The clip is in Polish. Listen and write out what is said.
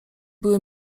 były